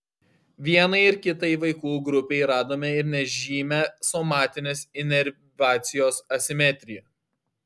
vienai ir kitai vaikų grupei radome ir nežymią somatinės inervacijos asimetriją